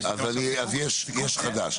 אז יש חדש.